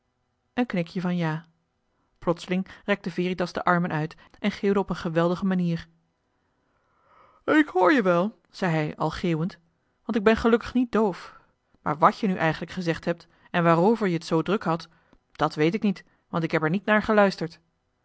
een knikje van ja plotseling rekte veritas de armen uit en geeuwde op een geweldige manier k hoor je wel zei hij al geeuwend want ik ben gelukkig niet doof maar wàt je nu eigenlijk gezegd hebt en waarover je t zoo druk had dat weet ik niet want ik heb er niet naar geluisterd